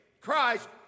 Christ